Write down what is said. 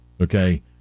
okay